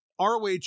ROH